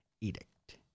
edict